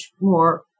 more